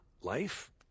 Life